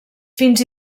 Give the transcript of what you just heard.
fins